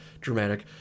dramatic